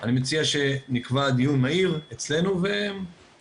אני מציע שנקבע דיון מהיר אצלנו ונעדכן.